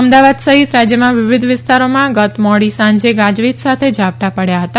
અમદાવાદ સહિત રાજ્યમાં વિવિધ વિસ્તારોમાં ગત મોડી સાંજે ગાજવીજ સાથે ઝાપટાં પડ્યા હતા